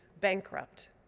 bankrupt